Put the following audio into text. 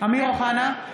אמיר אוחנה,